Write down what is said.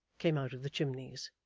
came out of the chimneys.